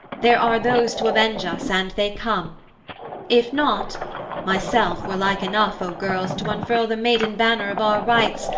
there are those to avenge us and they come if not myself were like enough, o girls, to unfurl the maiden banner of our rights,